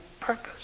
purpose